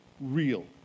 real